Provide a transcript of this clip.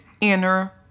inner